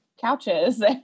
couches